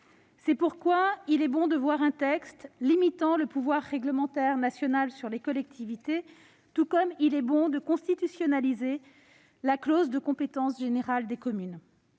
C'est pourquoi il est bon de voir un texte limitant le pouvoir réglementaire national sur les collectivités, tout comme il est bon de constitutionnaliser la clause de compétence générale des communes.